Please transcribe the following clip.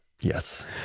Yes